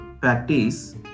practice